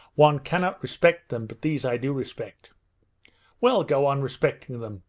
one cannot respect them, but these i do respect well go on respecting them!